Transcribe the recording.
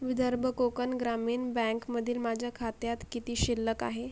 विदर्भ कोकण ग्रामीण बँकमधील माझ्या खात्यात किती शिल्लक आहे